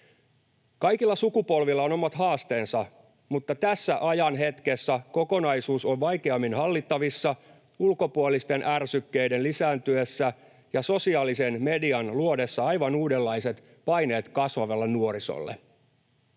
Kaikilla sukupolvilla on omat haasteensa, mutta tässä ajan hetkessä kokonaisuus on vaikeammin hallittavissa ulkopuolisten ärsykkeiden lisääntyessä ja sosiaalisen median luodessa aivan uudenlaiset paineet kasvavalle nuorisolle.